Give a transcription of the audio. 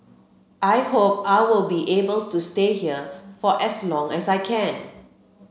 I hope I will be able to stay here for as long as I can